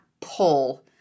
pull